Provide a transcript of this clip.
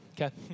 Okay